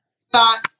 thought